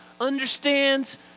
understands